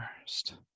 first